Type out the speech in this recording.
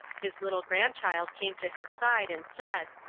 his little grandchild came to his side, and said,